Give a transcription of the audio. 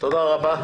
תודה רבה.